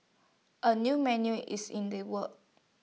A new menu is in the works